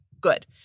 good